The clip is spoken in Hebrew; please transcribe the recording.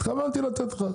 התכוונתי לתת לך.